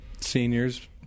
seniors